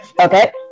Okay